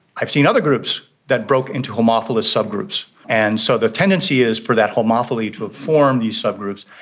i've seen other groups that broke into homophilous subgroups. and so the tendency is for that homophily to have formed these subgroups,